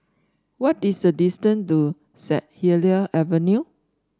what is the distance to St Helier Avenue